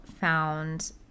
found